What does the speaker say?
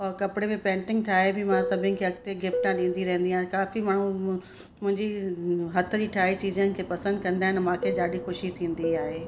उहो कपिड़े में पैन्टींग ठाए बि मां सभीनि खे अॻिते गिफ्ट ॾींदी रहंदी आहियां काफ़ी माण्हू मुंहिंजी हथ जी ठाहे चीजां पसंदि कंदा आहिनि मूंखे ॾाढी ख़ुशी थींदी आहे